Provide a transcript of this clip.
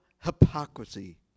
hypocrisy